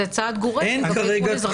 זה צעד גורף לכל האזרחים.